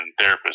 therapists